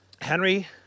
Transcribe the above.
Henry